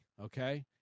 okay